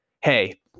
hey